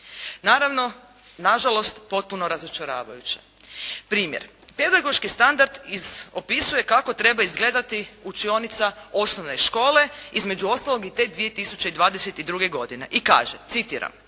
Naravno, na žalost potpuno razočaravajuće. Primjer, pedagoški standard opisuje kako treba izgledati učionica osnovne škole, između ostalog i te 2022. godine i kaže citiram: